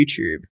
YouTube